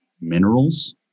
minerals